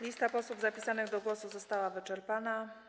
Lista posłów zapisanych do głosu została wyczerpana.